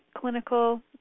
clinical